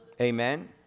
Amen